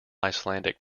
icelandic